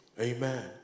Amen